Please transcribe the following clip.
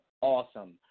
awesome